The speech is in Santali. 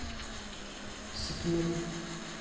ᱥᱤᱠᱷᱱᱟᱹᱛ